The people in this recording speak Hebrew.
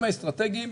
בהיבטים האסטרטגיים,